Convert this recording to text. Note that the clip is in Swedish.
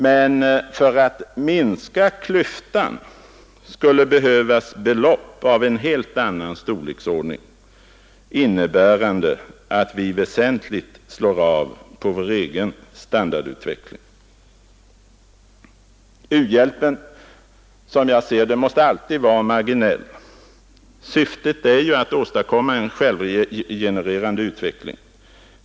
Men för att minska klyftan skulle behövas belopp av en helt annan storleksordning, innebärande att vi väsentligt slår av på vår egen standardutveckling. U-hjälpen måste, som jag ser det, alltid vara marginell i mottagarländerna — syftet är ju att åstadkomma en självgenererande utveckling.